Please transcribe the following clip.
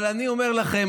אבל אני אומר לכם,